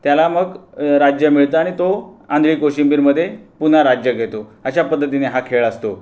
त्याला मग राज्य मिळतं आणि तो आंधळी कोशिंबीरमध्ये पुन्हा राज्य घेतो अशा पद्धतीने हा खेळ असतो